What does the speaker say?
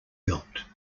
built